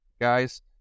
guys